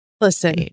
Listen